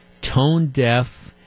tone-deaf